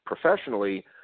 professionally